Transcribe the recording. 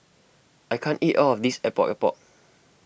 I can't eat all of this Epok Epok